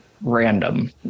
random